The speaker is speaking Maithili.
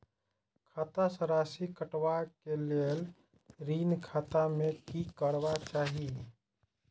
खाता स राशि कटवा कै लेल ऋण खाता में की करवा चाही?